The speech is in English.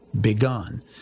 begun